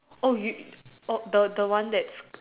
oh you the the one that's